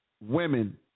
Women